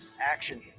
action